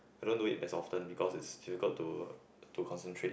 I don't do it as often because it's still got to to concentrate